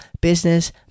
Business